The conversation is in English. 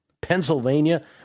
Pennsylvania